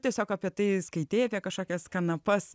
tiesiog apie tai skaitei apie kažkokias kanapas